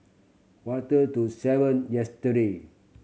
quarter to seven yesterday